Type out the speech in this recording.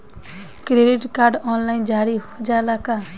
Credit card online जारी हो जाला का?